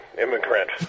immigrant